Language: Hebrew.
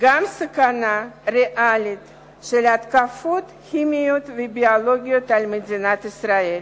גם סכנה ריאלית של התקפות כימיות וביולוגיות על מדינת ישראל.